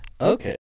Okay